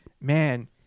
man